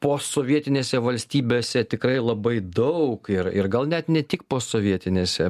posovietinėse valstybėse tikrai labai daug ir ir gal net ne tik posovietinėse